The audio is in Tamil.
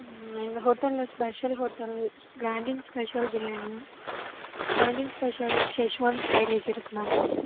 எங்கள் ஹோட்டலில் ஸ்பெஷல் ஹோட்டல் கிராண்டின் ஸ்பெஷல் பிரியாணி கிராண்டின் ஸ்பெஷல் சேஷ்வன் ஃபிரைட் ரைஸு இருக்குது மேம்